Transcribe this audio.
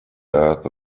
earth